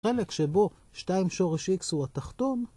חלק שבו שתיים שורש x הוא התחתון.